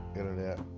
internet